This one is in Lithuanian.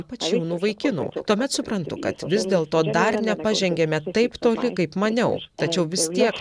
pač jaunų vaikinų tuomet suprantu kad vis dėlto dar nepažengėme taip toli kaip maniau tačiau vis tiek